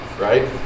right